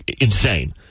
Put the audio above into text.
insane